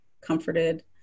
comforted